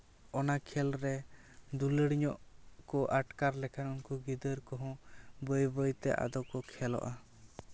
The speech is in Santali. ᱚᱱᱟ ᱠᱷᱮᱞ ᱨᱮ ᱫᱩᱞᱟᱹᱲ ᱧᱚᱜ ᱠᱚ ᱟᱴᱠᱟᱨ ᱞᱮᱠᱷᱟᱱ ᱩᱱᱠᱩ ᱜᱤᱫᱟᱹᱨ ᱠᱚᱦᱚᱸ ᱵᱟᱹᱭ ᱵᱟᱹᱭᱛᱮ ᱟᱫᱚ ᱠᱚ ᱠᱷᱮᱞᱚᱜᱼᱟ